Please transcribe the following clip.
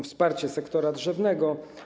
Wsparcie sektora drzewnego.